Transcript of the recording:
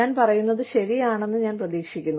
ഞാൻ പറയുന്നത് ശരിയാണെന്ന് ഞാൻ പ്രതീക്ഷിക്കുന്നു